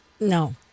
No